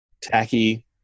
tacky